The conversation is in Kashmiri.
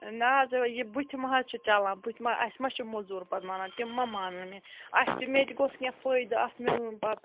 نہَ حظ یہِ بُتھِ مٔہ حظ چھِ چَلان بُتھِ ما اَسہِ ما چھُ موٚزوٗر پَتہٕ مانان تِم ما مانان یہِ اَسہِ تہِ مےٚ تہِ گوٚژھ کیٚنٛہہ فٲیدٕ اَتھ میلُن پَتہٕ